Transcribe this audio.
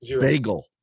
Bagel